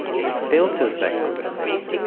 it filters that good effect.